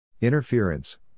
Interference